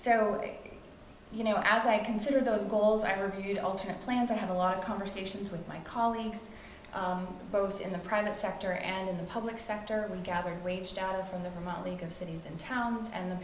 so you know as i consider those goals i reviewed all trip plans i had a lot of conversations with my colleagues both in the private sector and in the public sector we gathered rage data from the remote league of cities and towns and the